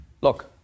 Look